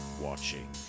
watching